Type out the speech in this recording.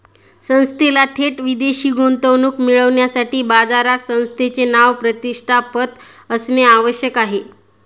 संस्थेला थेट विदेशी गुंतवणूक मिळविण्यासाठी बाजारात संस्थेचे नाव, प्रतिष्ठा, पत असणे आवश्यक आहे